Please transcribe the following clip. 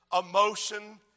emotion